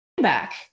back